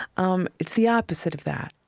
um it's the opposite of that.